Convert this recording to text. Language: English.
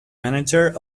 manager